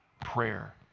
prayer